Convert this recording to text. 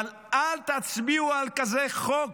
אבל אל תצביעו על כזה חוק.